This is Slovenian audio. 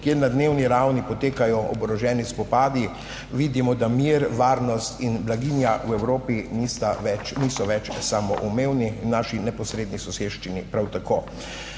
kjer na dnevni ravni potekajo oboroženi spopadi. Vidimo, da mir, varnost in blaginja v Evropi niso več samoumevni in v naši neposredni soseščini prav tako.